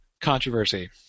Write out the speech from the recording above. controversy